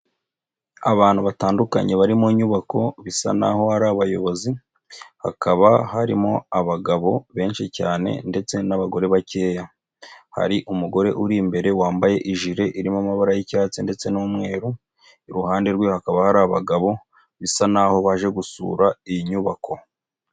Abantu batandukanye bari mu nyubako bisa naho ari abayobozi, hakaba harimo abagabo benshi cyane ndetse n'abagore bakeya, hari umugore uri imbere wambaye ijire irimo amabara y'icyatsi ndetse n'umweru, iruhande rwe hakaba hari abagabo bisa naho baje gusura iyi nyubako.